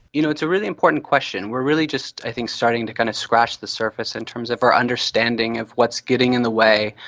you know, it's a really important question. we're really just i think starting to kind of scratch the surface in terms of our understanding of what's getting in the way,